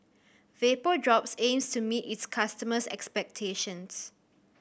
Vapodrops aims to meet its customers' expectations